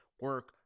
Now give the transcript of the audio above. Work